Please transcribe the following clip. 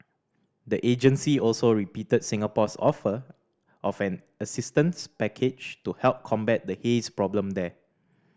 the agency also repeated Singapore's offer of an assistance package to help combat the haze problem there